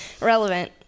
Relevant